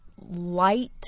light